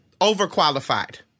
overqualified